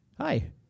hi